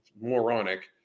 moronic